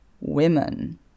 Women